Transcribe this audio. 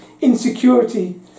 insecurity